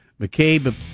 McCabe